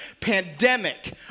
pandemic